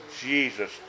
Jesus